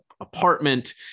apartment